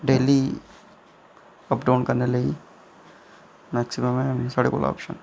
daily up down करने लेई maximum हैन साढ़े कोल ऑप्शन